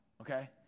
okay